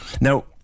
Now